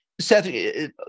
Seth